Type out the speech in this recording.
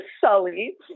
Sully